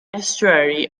estuary